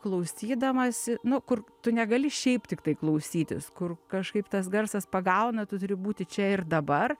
klausydamasi nu kur tu negali šiaip tiktai klausytis kur kažkaip tas garsas pagauna tu turi būti čia ir dabar